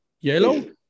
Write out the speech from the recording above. yellow